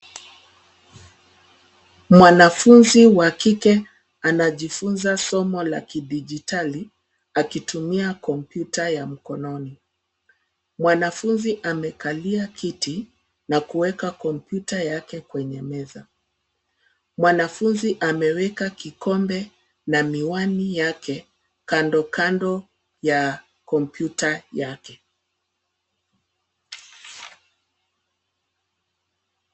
Mwanafunzi wa kike anajifunza somo la kidijitali, akitumia kompyuta ya mkononi. Mwanafunzi amekalia kiti na kuweka kompyuta yake kwenye meza. Mwanafunzi ameweka kikombe na miwani yake kando kando ya kompyuta yake.